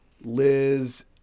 Liz